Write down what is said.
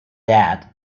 that